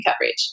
coverage